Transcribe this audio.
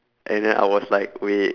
and then I was like wait